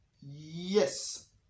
Yes